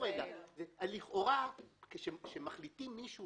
לכאורה כאשר מכניסים מישהו